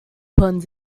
puns